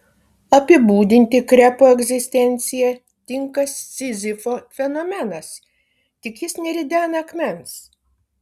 apibūdinti krepo egzistenciją tinka sizifo fenomenas tik jis neridena akmens